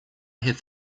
have